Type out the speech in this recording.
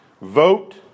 Vote